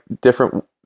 different